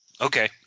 Okay